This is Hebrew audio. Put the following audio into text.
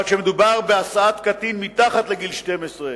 אבל כשמדובר בהסעת קטין מתחת לגיל 12,